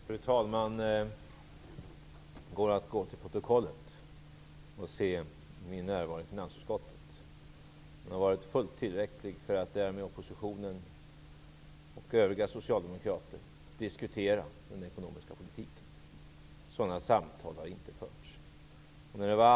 Fru talman! Det går att gå till protokollet för att se min närvaro i finansutskottet. Min närvaro har varit tillräckligt stor för att utskottsmajoriteten skulle ha haft möjlighet att diskutera den ekonomiska politiken. Några sådana samtal har inte förts med oppositionen, varken med mig eller med de övriga socialdemokraterna.